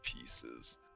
pieces